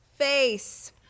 Face